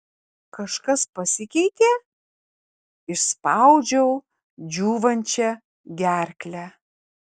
kažkas pasikeitė išspaudžiau džiūvančia gerkle